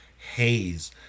haze